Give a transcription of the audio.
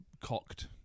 cocked